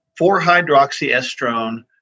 4-hydroxyestrone